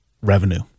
revenue